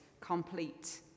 complete